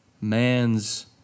man's